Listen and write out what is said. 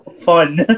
fun